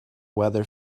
weather